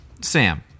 Sam